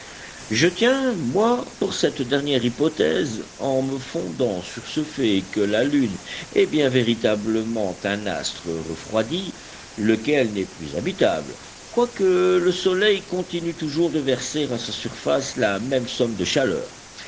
je tiens moi pour cette dernière hypothèse en me fondant sur ce fait que la lune est bien véritablement un astre refroidi lequel n'est plus habitable quoique le soleil continue toujours de verser à sa surface la même somme de chaleur